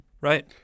Right